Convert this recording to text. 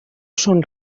són